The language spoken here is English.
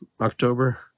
October